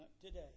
today